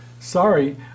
Sorry